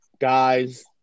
guys